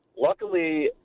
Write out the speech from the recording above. Luckily